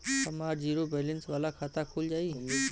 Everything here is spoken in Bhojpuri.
हमार जीरो बैलेंस वाला खाता खुल जाई?